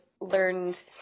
learned